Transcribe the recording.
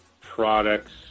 products